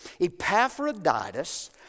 Epaphroditus